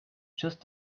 just